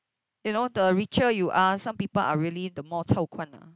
you know the richer you are some people are really the more chaokuan lah